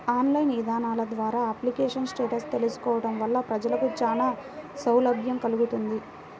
online ఇదానాల ద్వారా application status తెలుసుకోవడం వలన ప్రజలకు చానా సౌలభ్యం కల్గుతుంది